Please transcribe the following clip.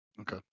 Okay